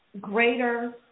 greater